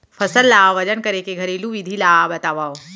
फसल ला वजन करे के घरेलू विधि ला बतावव?